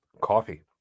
Coffee